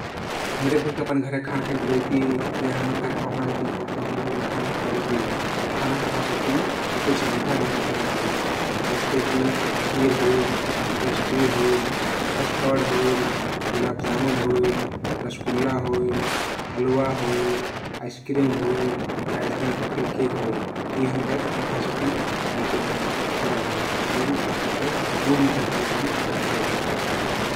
हम्रे कुइक अपन घरे खाना खाइक बुलैति या हम्मर घरे पहुना अइतियाँ तउ हम्रे ओइन खाना खबैती आउ खाना खबासिक्ती तउ कुछ मिठा देहना चलन है । जस्ते कि खिर होइल, पेस्ट्री होइल, कस्टर्ड होइल, गुलाब जामुन होइल, रसगुल्ला होइल, हलुवा होइल, आईसक्रिम होइल या अइस्तहिं करके केक होइल यी हम्रे खाना खा सिक्ति तउ देहना चलन हइ । जउन खास करके मुह मिठा करेक तहिन देहल जिता ।